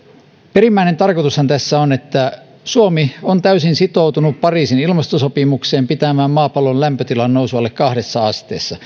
perimmäinen tarkoitushan tässä on että suomi on täysin sitoutunut pariisin ilmastosopimukseen pitämään maapallon lämpötilan nousun alle kahdessa asteessa